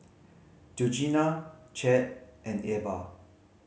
Georgina Chadd and Ebba